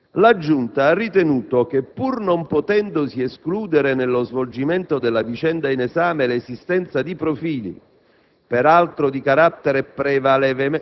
In conclusione, la Giunta ha ritenuto che, pur non potendosi escludere nello svolgimento della vicenda in esame l'esistenza di profili